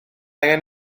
angen